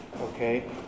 Okay